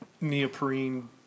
neoprene